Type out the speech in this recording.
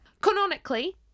canonically